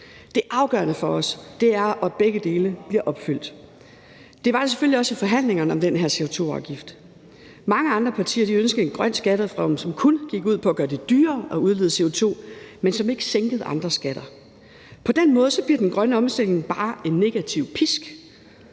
Det afgørende for os er, at begge dele bliver opfyldt. Det var det selvfølgelig også i forhandlingerne om den her CO2-afgift. Mange andre partier ønskede en grøn skattereform, som kun gik ud på at gøre det dyrere at udlede CO2, men som ikke sænkede andre skatter. På den måde bliver den grønne omstilling bare en negativ pisk,